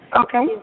Okay